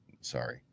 Sorry